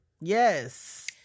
Yes